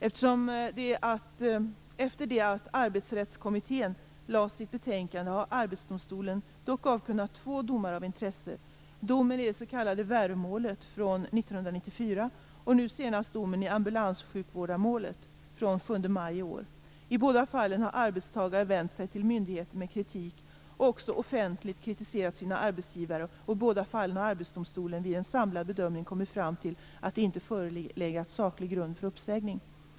Efter det att Arbetsrättskommittén lade fram sitt betänkande har Arbetsdomstolen dock avkunnat två domar av intresse, nämligen domen i det s.k. Värömålet från 1994 båda fallen har arbetstagare vänt sig till myndigheter med kritik och också offentligt kritiserat sina arbetsgivare. I båda fallen har Arbetsdomstolen vid en samlad bedömning kommit fram till att det inte förelegat saklig grund för uppsägning.